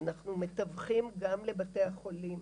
אנחנו מדווחים גם לבתי החולים,